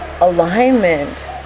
alignment